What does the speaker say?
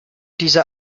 diese